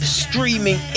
streaming